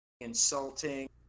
insulting